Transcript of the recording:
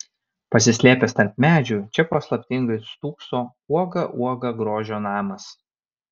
pasislėpęs tarp medžių čia paslaptingai stūkso uoga uoga grožio namas